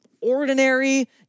ordinary